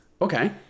Okay